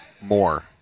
more